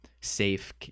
safe